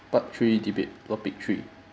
part three debate topic three